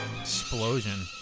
Explosion